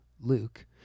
Luke